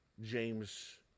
James